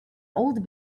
old